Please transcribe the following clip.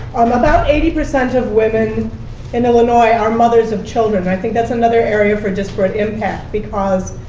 um about eighty percent of women in illinois are mothers of children. i think that's another area for disparate impact, because